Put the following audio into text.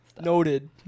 Noted